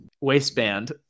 waistband